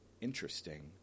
interesting